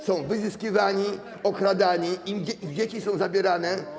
Są wyzyskiwani, okradani, im dzieci są zabierane.